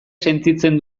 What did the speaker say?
sentitzen